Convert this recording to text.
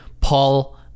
Paul